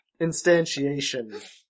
instantiation